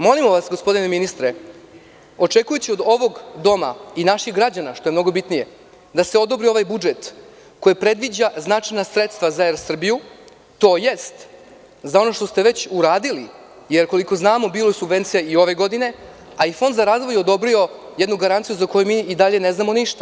Molimo vas gospodine ministre, očekujući od ovog doma i naših građana što je mnogo bitnije, da se odobri ovaj budžet koji predviđa značajna sredstva za Er Srbiju, tj. za ono što ste već uradili, jer koliko znamo bilo je subvencija i ove godine, a i Fond za razvoj je odobrio jednu garanciju za koju mi i dalje ne znamo ništa.